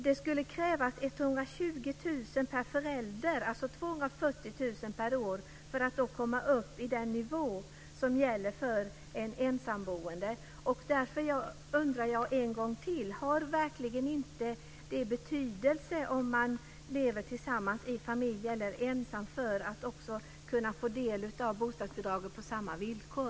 Det skulle krävas 120 000 kr per förälder, alltså 240 000 kr per år, för att familjen ska komma upp till den ensamboendes nivå. Jag undrar mot denna bakgrund ännu en gång: Har det att man bor ensam eller att man bor tillsammans verkligen inte någon betydelse för möjligheterna att få bostadsbidrag på samma villkor?